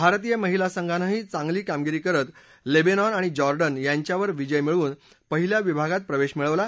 भारतीय महिला संघानंही चांगली कामगिरी करत लेबेनॉन आणि जॉर्डन यांच्यावर विजय मिळवून पहिल्या विभागात प्रवेश मिळवला